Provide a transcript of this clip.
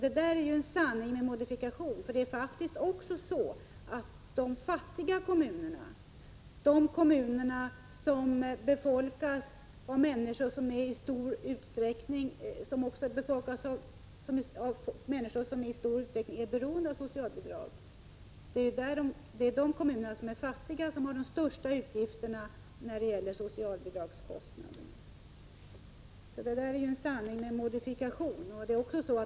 Det där är en sanning med modifikation! De fattiga kommunerna befolkas faktiskt av människor som i stor utsträckning är beroende av socialbidrag. Det är de kommuner som är fattiga som har de största utgifterna för sociala kostnader.